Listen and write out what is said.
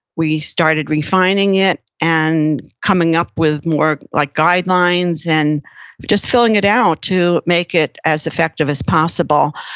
we started refining it and coming up with more like guidelines and just filling it out to make it as effective as possible.